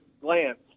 glance